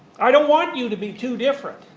i don't want you to be too different,